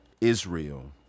Israel